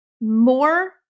more